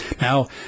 Now